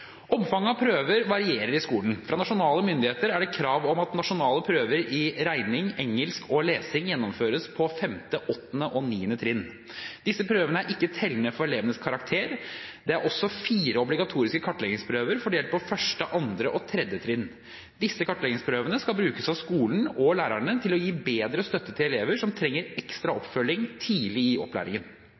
Omfanget av prøver varierer i skolen. Fra nasjonale myndigheter er det krav om at nasjonale prøver i regning, engelsk og lesing gjennomføres på 5., 8. og 9. trinn. Disse prøvene er ikke tellende for elevenes karakterer. Det er også fire obligatoriske kartleggingsprøver fordelt på 1., 2. og 3. trinn. Disse kartleggingsprøvene skal brukes av skolen og lærerne til å gi bedre støtte til elever som trenger ekstra oppfølging tidlig i opplæringen.